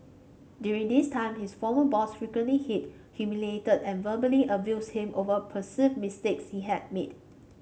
during this time his former boss frequently hit humiliated and verbally abused him over perceived mistakes he had made